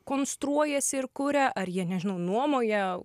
konstruojasi ir kuria ar jie nežinau nuomoja